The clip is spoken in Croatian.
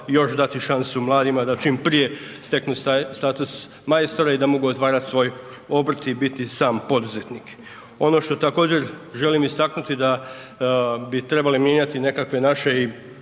još šansu mladima da čim prije steknu status majstora i da mogu otvarati svoj obrt i biti sam poduzetnik. Ono što također želim istaknuti da bi trebali mijenjati nekakve naše